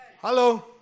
Hello